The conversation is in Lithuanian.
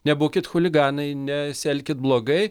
nebūkit chuliganai nesielkit blogai